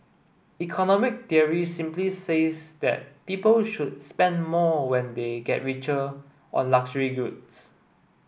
economic theory simply says that people should spend more when they get richer on luxury goods